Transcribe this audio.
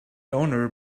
owner